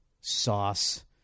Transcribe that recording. sauce